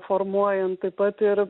formuojant taip pat ir